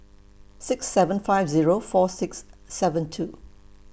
six seven five Zero four six seven two